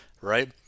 right